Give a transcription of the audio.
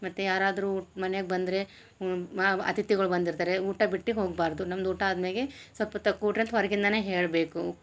ಮತ್ತು ಯಾರಾದರೂ ಮನೆಗ ಬಂದರೆ ಮ ಅತಿಥಿಗಳು ಬಂದಿರ್ತಾರೆ ಊಟ ಬಿಟ್ಟು ಹೋಗ್ಬಾರದು ನಮ್ದ ಊಟ ಆದ್ಮ್ಯಾಗೆ ಸಪ್ಪತ ಕೂಡ್ರ್ಯಂತ ಹೋರ್ಗಿಂದನೇ ಹೇಳಬೇಕು